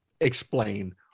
explain